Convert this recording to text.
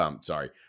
sorry